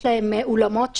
יש להם אולמות שם.